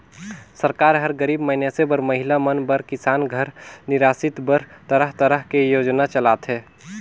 सरकार हर गरीब मइनसे बर, महिला मन बर, किसान घर निरासित बर तरह तरह के योजना चलाथे